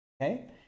okay